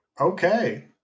okay